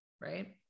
right